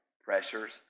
pressures